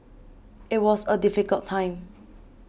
it was a difficult time